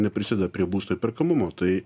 neprisideda prie būsto įperkamumo tai